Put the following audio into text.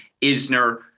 Isner